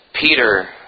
Peter